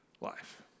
Life